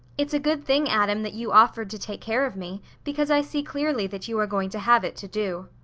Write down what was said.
it's a good thing, adam, that you offered to take care of me, because i see clearly that you are going to have it to do.